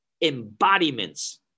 embodiments